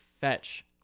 Fetch